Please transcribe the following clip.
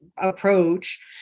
approach